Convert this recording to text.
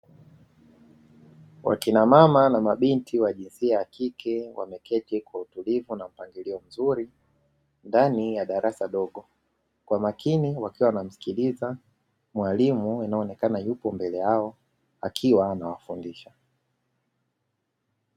Wakina mama na mabinti wa jinsia ya kike wameketi kwa utulivu na mpangilio mzuri ndani ya darasa dogo. Kwa makini wakiwa wanamsikiliza mwalimu anayeonekana yupo mbele yao akiwa anawafundisha.